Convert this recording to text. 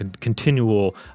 continual